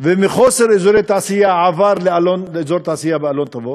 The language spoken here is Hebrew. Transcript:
ומחוסר אזורי תעשייה עבר לאזור התעשייה באלון-תבור,